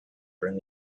bring